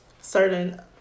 certain